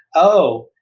oh,